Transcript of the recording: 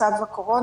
הצו לקורונה,